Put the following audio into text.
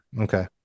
Okay